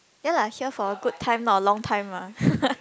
ya lah here a good time not a long time ah